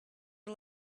are